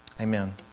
Amen